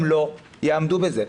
הם לא יעמדו בזה,